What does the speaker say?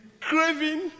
craving